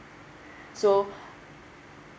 so